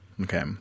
okay